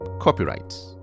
Copyright